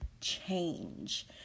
change